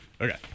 Okay